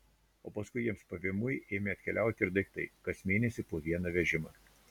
o paskui jiems pavymui ėmė atkeliauti ir daiktai kas mėnesį po vieną vežimą